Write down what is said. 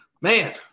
man